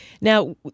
Now